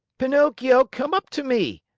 pinocchio, come up to me!